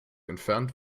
entfernt